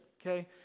Okay